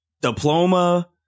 diploma